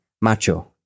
macho